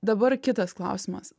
dabar kitas klausimas